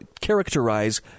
characterize